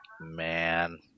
man